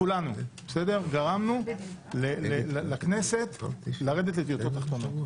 כולנו גרמנו לכנסת לרדת לדיוטות תחתונות,